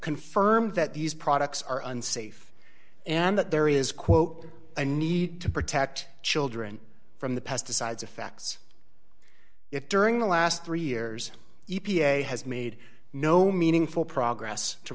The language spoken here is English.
confirmed that these products are unsafe and that there is quote a need to protect children from the pesticides effects if during the last three years e p a has made no meaningful progress to